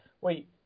wait